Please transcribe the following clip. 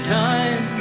time